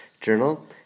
journal